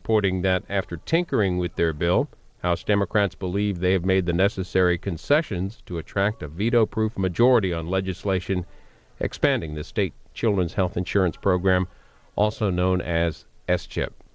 reporting that after tinkering with their bill house democrats believe they have made the necessary concessions to attract a veto proof majority on legislation expanding the state children's health insurance program also known as s chip